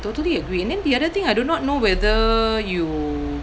totally agree and then the other thing I do not know whether you